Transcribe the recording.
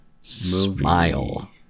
Smile